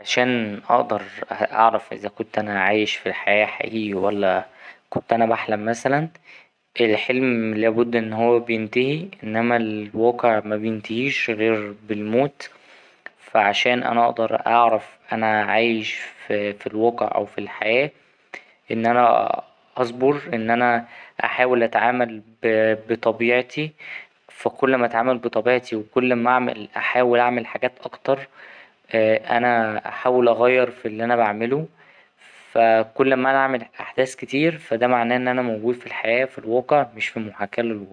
علشان أقدر أعرف إذا كنت أنا عايش في حياة حقيقي ولا كنت أنا بحلم مثلا الحلم لابد إن هو بينتهي إنما الواقع مبينتهيش غير بالموت فا عشان أنا أقدر أعرف أنا عايش في الواقع أو في الحياة إن أنا أصبر إن أنا أحاول أتعامل بطبيعتي فا كل ما أتعامل بطبيعتي وكل ما أحاول أعمل حاجات أكتر أنا أحاول أغير في اللي أنا بعمله فا كل ما أنا أعمل أحداث كتير فا ده معناه إن أنا موجود في الحياة في الواقع مش في محاكاة للواقع.